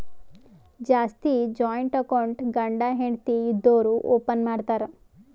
ಜಾಸ್ತಿ joint account ಗಂಡ ಹೆಂಡತಿ ಇದ್ದೋರು ಓಪನ್ ಮಾಡ್ತಾರ್